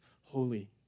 holy